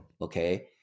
okay